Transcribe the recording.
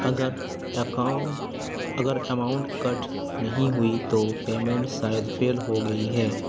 اگر اکاؤنٹ اگر اماؤنٹ کٹ نہیں ہوئی تو پیمنٹ شاید فیل ہو گئی ہے